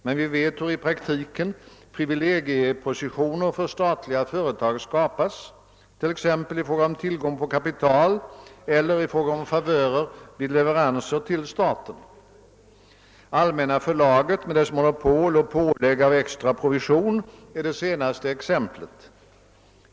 Men vi vet hur i praktiken privilegiepositioner för statliga företag skapas, t.ex. i fråga om tillgång på kapital eller i fråga om favörer vid leverans till staten. Allmänna förlaget med dess monopol och pålägg av extra provision är det senaste exemplet.